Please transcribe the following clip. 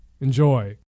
Enjoy